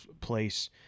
place